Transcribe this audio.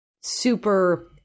super